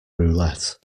roulette